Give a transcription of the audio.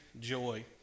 joy